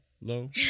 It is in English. Low